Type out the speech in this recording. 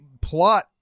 plot